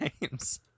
names